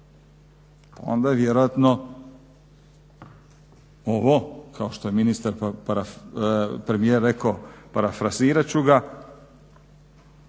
onda vjerojatno ovo kao što je ministar, premijer rekao parafrazirat ću ga